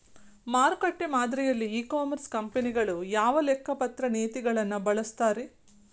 ಮಾರುಕಟ್ಟೆ ಮಾದರಿಯಲ್ಲಿ e commerce ಕಂಪನಿಗಳು ಯಾವ ಲೆಕ್ಕಪತ್ರ ನೇತಿಗಳನ್ನ ಬಳಸುತ್ತಾರಿ?